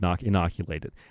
inoculated